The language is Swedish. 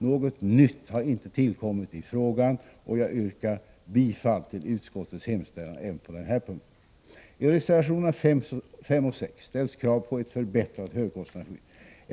Något nytt har inte tillkommit i frågan, och jag yrkar bifall till utskottets hemställan även på denna punkt. I reservationerna 5 och 6 ställs krav på ett förbättrat högkostnadsskydd.